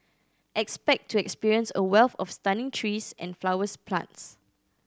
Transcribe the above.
expect to experience a wealth of stunning trees and flowers plants